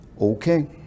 okay